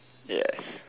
yes